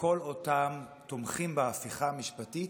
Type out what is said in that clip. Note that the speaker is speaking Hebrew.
כל אותם תומכים בהפיכה המשפטית,